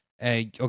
Okay